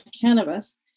cannabis